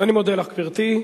אני מודה לך, גברתי.